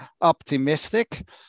optimistic